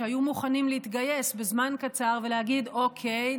שהיו מוכנים להתגייס בזמן קצר ולהגיד: אוקיי,